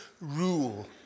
rule